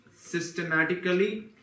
systematically